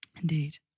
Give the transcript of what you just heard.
Indeed